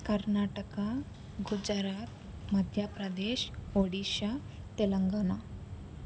Karnataka Gujarat Madhya Pradesh Odisha Telangana